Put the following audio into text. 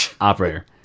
Operator